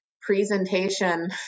presentation